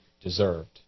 deserved